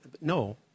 no